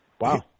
wow